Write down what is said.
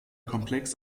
komplex